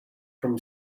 from